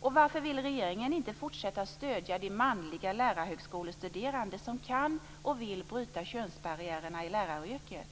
Och varför vill regeringen inte fortsätta att stödja de manliga lärarhögskolestuderande som kan och vill bryta könsbarriärerna i läraryrket?